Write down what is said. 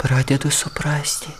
pradedu suprasti